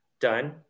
done